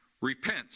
Repent